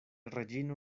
reĝino